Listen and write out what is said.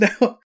now